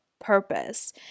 purpose